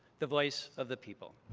the voice of the people.